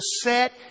set